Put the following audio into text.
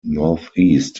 northeast